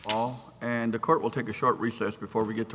all and the court will take a short recess before we get to